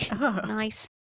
Nice